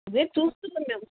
అదే చూస్తున్నాం మేము